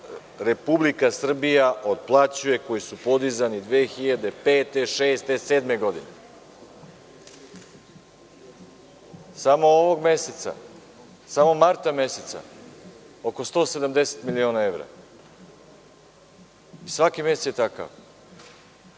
Republika Srbija otplaćuje, koji su podizani 2005, 2006, 2007. godine. Samo marta meseca oko 170 miliona evra i svaki mesec je